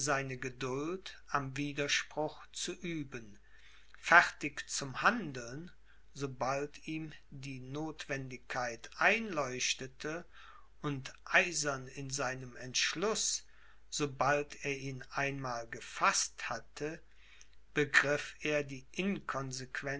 seine geduld am widerspruch zu üben fertig zum handeln sobald ihm die nothwendigkeit einleuchtete und eisern in seinem entschluß sobald er ihn einmal gefaßt hatte begriff er die